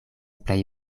plej